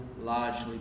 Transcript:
largely